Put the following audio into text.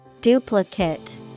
Duplicate